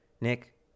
Nick